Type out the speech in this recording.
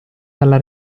dalla